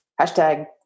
Hashtag